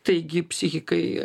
taigi psichikai